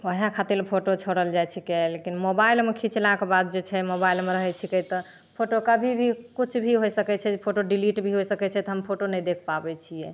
वएह खातिरले फोटो छोड़ल जाइ छिकै लेकिन मोबाइलमे खिचलाके बाद जे छै मोबाइलमे रहै छिकै तऽ फोटो कभी भी किछु भी होइ सकै छै फोटो डिलीट भी होइ सकै छै तऽ हम फोटो नहि देखि पाबै छिए